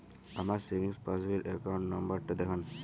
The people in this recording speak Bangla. আমার সেভিংস পাসবই র অ্যাকাউন্ট নাম্বার টা দেখান?